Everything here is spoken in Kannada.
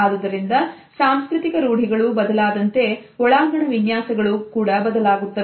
ಆದುದರಿಂದ ಸಾಂಸ್ಕೃತಿಕ ರೂಢಿಗಳು ಬದಲಾದಂತೆ ಒಳಾಂಗಣ ವಿನ್ಯಾಸ ಗಳು ಕೂಡ ಬದಲಾಗುತ್ತದೆ